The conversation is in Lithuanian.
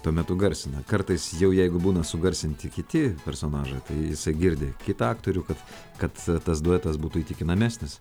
tuo metu garsina kartais jau jeigu būna sugarsinti kiti personažai tai jisai girdi kitą aktorių kad kad tas duetas būtų įtikinamesnis